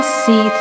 see